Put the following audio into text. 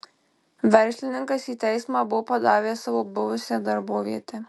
verslininkas į teismą buvo padavęs savo buvusią darbovietę